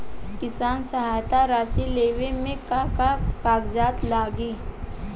किसान सहायता राशि लेवे में का का कागजात लागी?